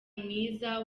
mwiza